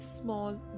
small